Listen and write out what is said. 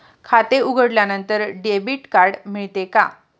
खाते उघडल्यानंतर debit card मिळते का?